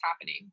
happening